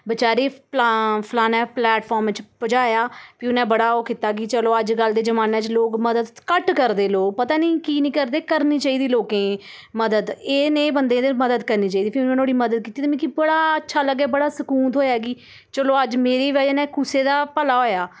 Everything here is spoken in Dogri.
बचैरे गी फलाने प्लैमफाम च पजाया फ्ही उन्नै बड़ा ओह् कीता कि चलो अज्जकल दे जमाने च लोक मदद घट्ट करदे लोक पता नी की नी करदे करनी चाहि्दी लोकें गी मदद एह् नेह् बंदे दे मदद करनी चाहि्दी फ्ही मैं नुहाड़ी मदद कीती मिगी बड़ा अच्छा लगेआ बड़ा सकून थ्होएआ कि चलो अज्ज मेरी वजह् कन्नै कुसै दा भला होएआ